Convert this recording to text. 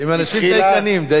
הם אנשים דייקנים.